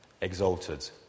exalted